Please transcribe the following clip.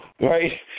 right